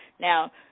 Now